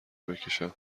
بکشم